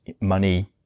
money